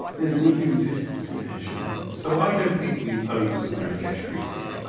there's an inconsistency there surely? so, i don't think we opposed the marrakesh treaty.